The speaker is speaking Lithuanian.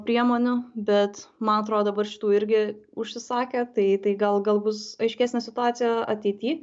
priemonių bet man atrodo dabar šitų irgi užsisakė tai tai gal gal bus aiškesnė situacija ateity